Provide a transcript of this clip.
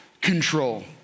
control